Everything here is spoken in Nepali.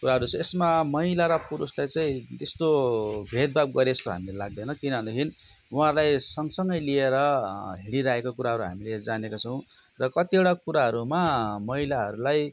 कुराहरू छ यसमा महिला र पुरुषलाई चाहिँ त्यस्तो भेदभाव गरे जस्तो हामीलाई लाग्दैन किन भनेदेखि उहाँहरूलाई सँग सँगै लिएर हिँडी रहेको कुराहरू हामीले जानेका छौँ र कतिवटा कुराहरूमा महिलाहरूलाई